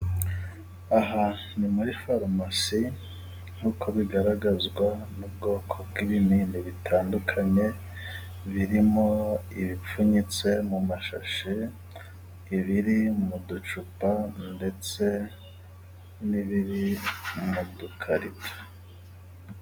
Aha ni muri farumasi nk'uko bigaragazwa n'ubwoko bw'ibinini, bitandukanye birimo ibipfunyitse mu mashashi, ibiri mu ducupa ndetse n'ibiri mu dukarito.